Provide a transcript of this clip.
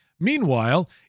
Meanwhile